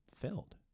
filled